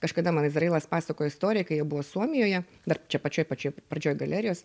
kažkada man izrailas pasakojo istoriją kai jie buvo suomijoje dar čia pačioj pačioj pradžioj galerijos